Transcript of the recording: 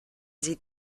sie